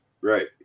right